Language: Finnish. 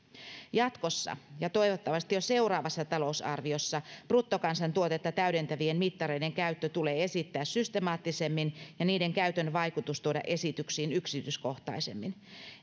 jatkossa ja toivottavasti jo seuraavassa talousarviossa bruttokansantuotetta täydentävien mittareiden käyttö tulee esittää systemaattisemmin ja niiden käytön vaikutus tuoda esityksiin yksityiskohtaisemmin